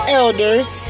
elders